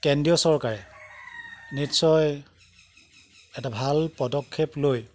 কেন্দ্ৰীয় চৰকাৰে নিশ্চয় এটা ভাল পদক্ষেপ লৈ